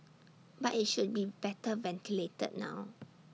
but IT should be better ventilated now